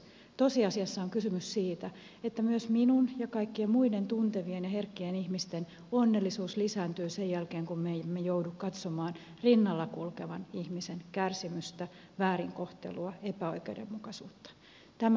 tosiasiassa on kysymys siitä että myös minun ja kaikkien muiden tunte vien ja herkkien ihmisten onnellisuus lisääntyy sen jälkeen kun me emme joudu katsomaan rinnalla kulkevan ihmisen kärsimystä väärin kohtelua epäoikeudenmukaisuutta